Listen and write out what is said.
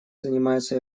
занимается